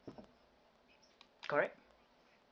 correct